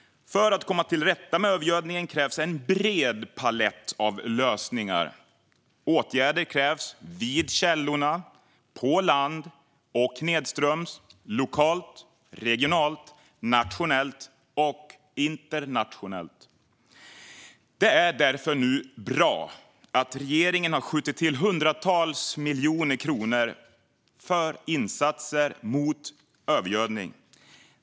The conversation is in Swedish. För att komma till rätta med övergödningen krävs en bred palett av lösningar. Åtgärder krävs vid källorna, på land och nedströms, lokalt, regionalt, nationellt och internationellt. Det är därför bra att regeringen nu har skjutit till hundratals miljoner kronor för insatser mot övergödning.